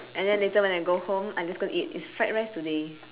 and then later when I go home I'm just gonna eat it's fried rice today